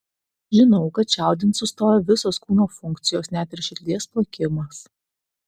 žinau kad čiaudint sustoja visos kūno funkcijos net ir širdies plakimas